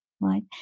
right